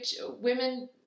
Women